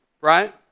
Right